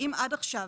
אם עד עכשיו